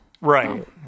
right